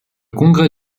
congrès